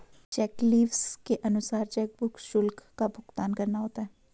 check leaves के अनुसार chequebook शुल्क का भुगतान करना होता है